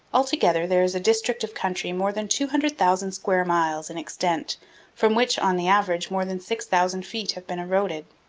altogether, there is a district of country more than two hundred thousand square miles in extent from which on the average more than six thousand feet have been eroded.